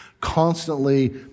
constantly